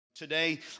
Today